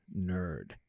nerd